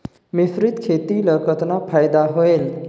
मिश्रीत खेती ल कतना फायदा होयल?